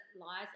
lies